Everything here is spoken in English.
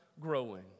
growing